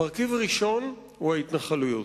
מרכיב ראשון הוא ההתנחלויות.